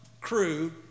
crew